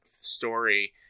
story